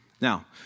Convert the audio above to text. Now